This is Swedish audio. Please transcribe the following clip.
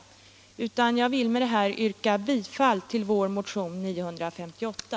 Jag tänker emellertid inte gå in på dem i dag, utan ber att få yrka bifall till vår motion nr 958.